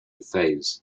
phase